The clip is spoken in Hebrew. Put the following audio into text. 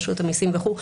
רשות המיסים וכולי,